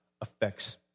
affects